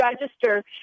register